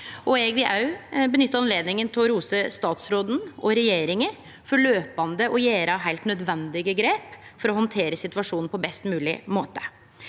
Eg vil òg nytte anledninga til å rose statsråden og regjeringa for løypande å gjere heilt nødvendige grep for å handtere situasjonen på best mogleg måte.